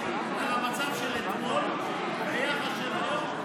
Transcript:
כל בוקר הייתי מסתכל בידיעות אחרונות על המצב של אתמול ביחס של היום.